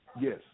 Yes